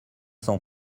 cent